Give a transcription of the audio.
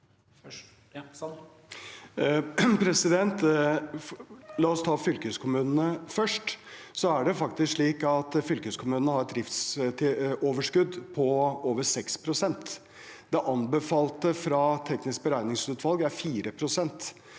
fylkeskommunene har et driftsoverskudd på over 6 pst., og det anbefalte fra teknisk beregningsutvalg er 4 pst.